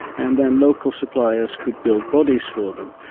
and then local suppliers could build bodies for them.